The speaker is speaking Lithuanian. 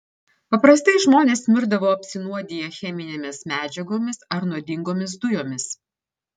paprastai žmonės mirdavo apsinuodiję cheminėmis medžiagomis ar nuodingomis dujomis